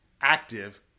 active